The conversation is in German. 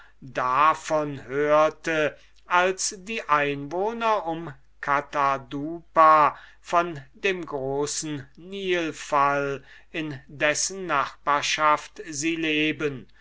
davon hörte als die einwohner von katadupa von dem großen nilfall in dessen nachbarschaft sie leben